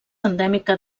endèmica